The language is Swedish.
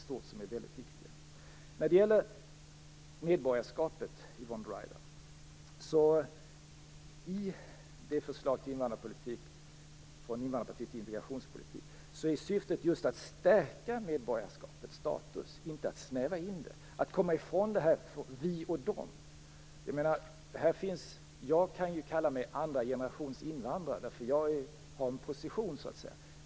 Sedan var det medborgarskapet, Yvonne Ruwaida. I förslaget Från invandrarpolitik till integrationspolitik är syftet just att stärka statusen på medborgarskapet, inte att snäva in det. Man skall komma ifrån "vi och dom". Jag kan kalla mig andra generationens invandrare, eftersom jag har en position.